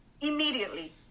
immediately